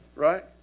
Right